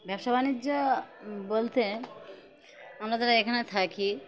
ব্যবসা বাণিজ্য বলতে আমরা যারা এখানে থাকি